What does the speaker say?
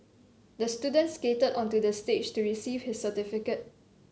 the student skated onto the stage to receive his certificate